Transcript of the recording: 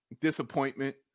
disappointment